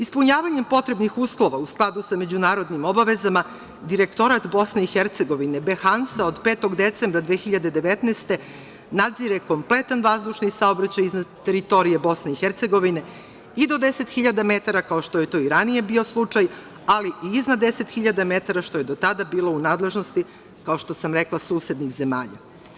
Ispunjavanjem potrebnih uslova, u skladu sa međunarodnim obavezama, Direktorat BiH BHANSA od 5. decembra 2019. godine, nadzire kompletan vazdušni saobraćaj iznad teritorije BiH i do 10.000 metara, kao što je to i ranije bio slučaj, ali i iznad 10.000 metara što je do tada bilo u nadležnosti, kao što sam rekla susednih zemalja.